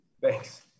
Thanks